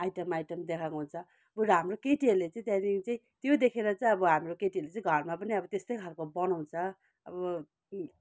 item item देखाएको हुन्छ बरु हाम्रो केटीहरूले चाहिँ त्यहाँदेखि चाहिँ त्यो देखेर चाहिँ अब हाम्रो केटीहरूले चाहिँ घरमा पनि अब त्यस्तै खाले बनाउँछ अब